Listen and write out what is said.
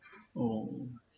oh